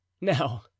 Now